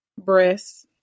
breasts